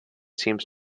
seems